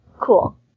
Cool